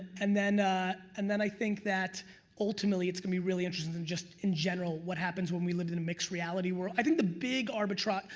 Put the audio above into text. and then and then i think that ultimately it's gonna be really interesting and just in general what happens when we live in a mixed reality world. i think the big arbitrage,